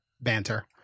banter